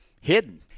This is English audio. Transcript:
hidden